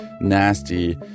nasty